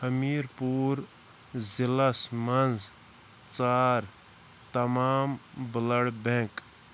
حمیٖر پوٗر ضلعس مَنٛز ژار تمام بٕلڈ بینٛک